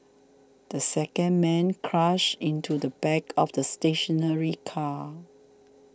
the second man crashed into the back of the stationary car